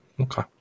Okay